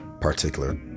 particular